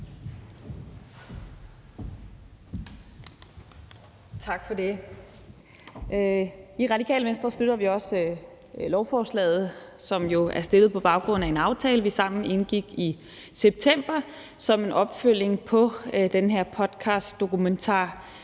Tak for det. I Radikale Venstre støtter vi også lovforslaget, som jo er fremsat på baggrund af en aftale, vi sammen indgik i september som en opfølgning på den her podcastdokumentar